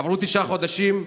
עברו תשעה חודשים,